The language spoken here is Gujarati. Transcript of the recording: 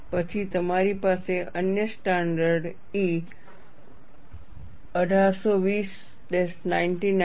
પછી તમારી પાસે અન્ય સ્ટાન્ડર્ડ E 1820 99 છે